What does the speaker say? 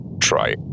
try